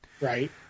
Right